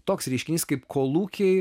toks reiškinys kaip kolūkiai